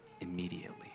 immediately